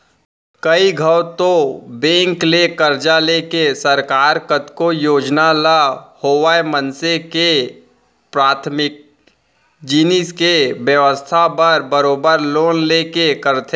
कइ घौं तो बेंक ले करजा लेके सरकार कतको योजना ल होवय मनसे के पराथमिक जिनिस के बेवस्था बर बरोबर लोन लेके करथे